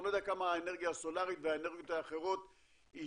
אני לא יודע כמה האנרגיה הסולרית והאנרגיות האחרות יהיו,